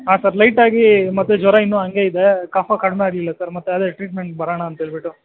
ಹಾಂ ಸರ್ ಲೈಟಾಗಿ ಮತ್ತೆ ಜ್ವರ ಇನ್ನು ಹಂಗೆ ಇದೆ ಕಫ ಕಡಿಮೆ ಆಗ್ಲಿಲ್ಲ ಸರ್ ಮತ್ತೆ ಅದೆ ಟ್ರೀಟ್ಮೆಂಟ್ಗೆ ಬರೋಣ ಅಂಥೇಳಿಬಿಟ್ಟು